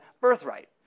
birthright